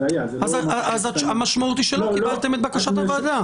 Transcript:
אז המשמעות היא שלא קיבלתם את בקשת הוועדה.